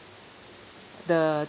the